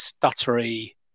stuttery